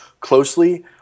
closely